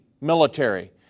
military